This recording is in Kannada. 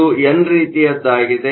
ಇದು ಎನ್ ರೀತಿಯದ್ದಾಗಿದೆ